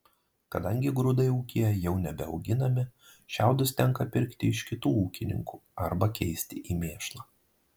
kadangi grūdai ūkyje jau nebeauginami šiaudus tenka pirkti iš kitų ūkininkų arba keisti į mėšlą